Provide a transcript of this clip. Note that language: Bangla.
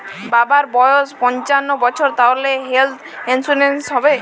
বাবার বয়স পঞ্চান্ন বছর তাহলে হেল্থ ইন্সুরেন্স হবে?